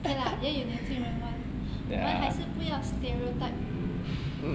okay lah 也有年轻人玩我们还是不要 stereotype